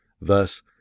Thus